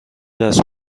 دست